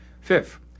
Fifth